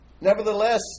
Nevertheless